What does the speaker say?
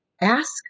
ask